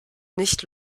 nicht